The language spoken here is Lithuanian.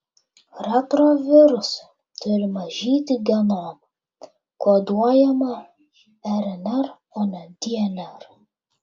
retrovirusai turi mažyti genomą koduojamą rnr o ne dnr